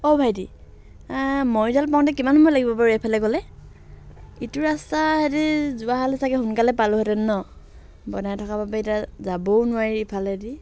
অ' ভাইটি মৰিঢল পাওঁতে কিমান সময় লাগিব বাৰু এইফালে গ'লে ইটো ৰাস্তাহেতি যোৱা হ'লে ছাগে সোনকালে পালোহেঁতেন ন বনাই থকা বাবে এতিয়া যাবও নোৱাৰি ইফালেদি